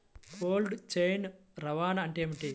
Cold chain రవాణా అంటే ఏమిటీ?